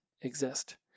exist